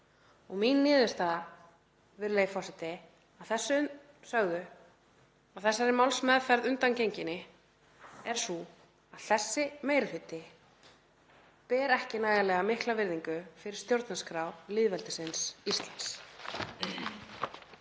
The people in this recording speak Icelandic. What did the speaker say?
Mín niðurstaða, virðulegi forseti, að þessu sögðu, að þessari málsmeðferð undangenginni, er sú að þessi meiri hluti ber ekki nægilega mikla virðingu fyrir stjórnarskrá lýðveldisins Íslands.